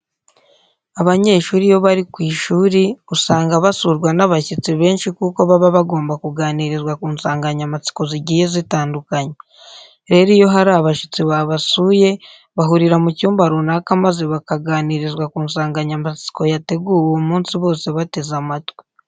Abanyeshuri iyo bari ku ishuri usanga basurwa n'abashyitsi benshi kuko baba bagomba kuganirizwa ku nsanganyamatsiko zigiye zitandukanye. Rero iyo hari abashyitsi babasuye bahurira mu cyumba runaka maze bakaganirizwa ku nsanganyamatsiko yateguwe uwo munsi bose bateze amatwi.